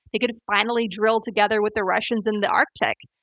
they could finally drill together with the russians in the arctic,